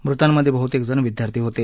मृतांमधे बहुतेक जण विद्यार्थी होते